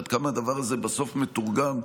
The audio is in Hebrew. ועד כמה הדבר הזה בסוף מתורגם,